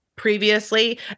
Previously